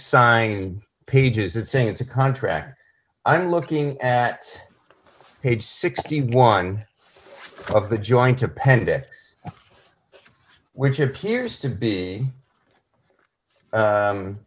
sign pages that say it's a contract i'm looking at page sixty one of the joint appendix which appears to be